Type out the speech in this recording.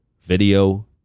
video